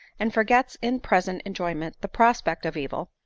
and forgets in present enjoyment the prospect of evil,